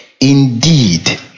Indeed